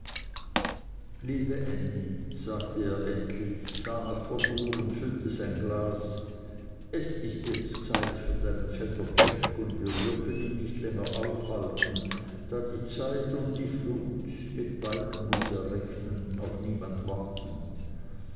liebe ännie sagte er endlich sah nach der uhr und füllte sein glas es ist jetzt zeit für deinen vetter jack und wir dürfen ihn nicht länger aufhalten da die zeit und die flut mit beiden muß er rechnen auf niemand warten